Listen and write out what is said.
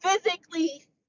physically